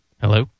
Hello